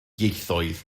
ieithoedd